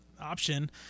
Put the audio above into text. option